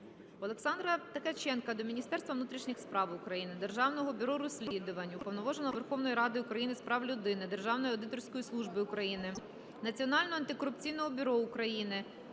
Олександра Ткаченка до Міністерства внутрішніх справ України, Державного бюро розслідувань, Уповноваженого Верховної Ради України з прав людини, Державної аудиторської служби України, Національного антикорупційного бюро України,